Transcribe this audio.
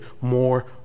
more